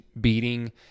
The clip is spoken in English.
beating